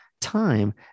time